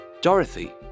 Dorothy